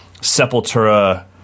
Sepultura